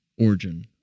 origin